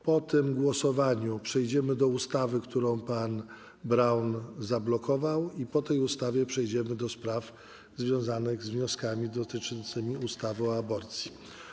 Po tym głosowaniu przejdziemy do ustawy, którą pan poseł Braun zablokował, a następnie przejdziemy do spraw związanych z wnioskami dotyczącymi ustawy o aborcji.